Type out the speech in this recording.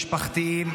משפחתיים,